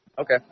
Okay